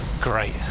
Great